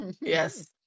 Yes